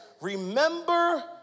remember